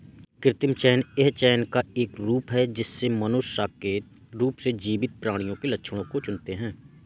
कृत्रिम चयन यह चयन का एक रूप है जिससे मनुष्य सचेत रूप से जीवित प्राणियों के लक्षणों को चुनते है